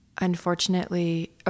Unfortunately